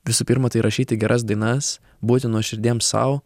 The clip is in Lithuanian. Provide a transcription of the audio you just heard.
visų pirma tai rašyti geras dainas būti nuoširdiems sau